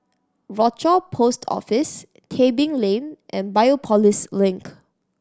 Rochor Post Office Tebing Lane and Biopolis Link